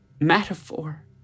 Metaphor